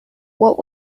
what